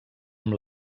amb